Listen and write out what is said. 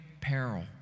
peril